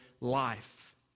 life